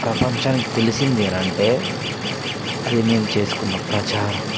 ప్రపంచానికి తెలిసింది ఎలా అంటే అది మేము చేసుకున్న ప్రచారం